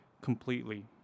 completely